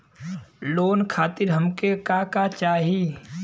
Loan खातीर हमके का का चाही?